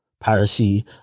Piracy